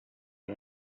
you